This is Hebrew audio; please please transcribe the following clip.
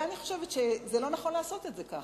אני חושבת שלא נכון לעשות את זה כך.